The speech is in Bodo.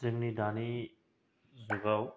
जोंनि दानि जुगाव